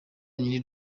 ry’iri